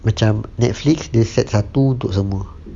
macam Netflix they set satu untuk semua